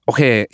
Okay